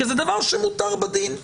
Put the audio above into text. כי זה דבר שמותר בדין,